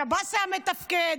שב"ס היה מתפקד.